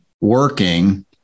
working